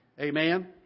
Amen